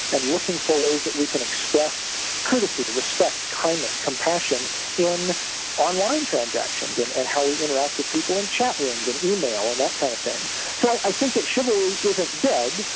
and looking for those that we can express courtesy to respect, kindness, compassion in online transactions, and and how we interact with people in chat rooms and email and that kind of a thing, so i think that chivalry isn't dead,